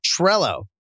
Trello